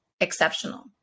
exceptional